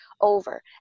over